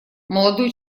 молодой